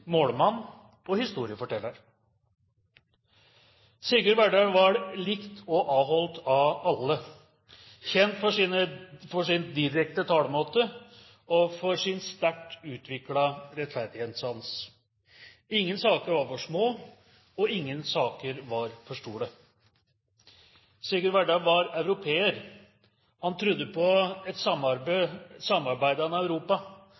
målmann og historieforteller. Sigurd Verdal var likt og avholdt av alle, kjent for sin direkte talemåte og for sin sterkt utviklede rettferdighetssans. Ingen saker var for små, og ingen var for store. Sigurd Verdal var europeer. Han trodde på et samarbeidende Europa og betraktet EU som den beste løsningen. Han var med